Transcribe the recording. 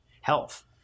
health